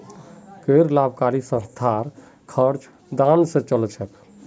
गैर लाभकारी संस्थार खर्च दान स चल छेक